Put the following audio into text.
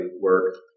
work